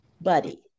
buddy